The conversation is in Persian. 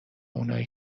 اونایی